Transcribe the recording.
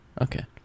Okay